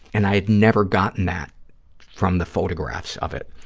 and i had never gotten that from the photographs of it.